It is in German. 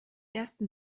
ersten